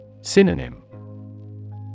Synonym